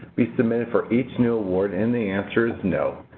be submitted for each new award? and the answer is no.